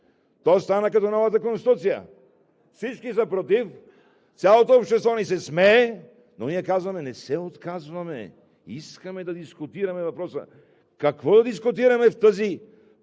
То стана като новата Конституция – всички са против, цялото общество ни се смее, но ние казваме: не се отказваме, искаме да дискутираме въпроса! Какво да дискутираме в това